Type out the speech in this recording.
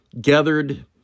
gathered